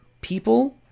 people